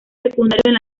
secundario